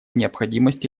необходимости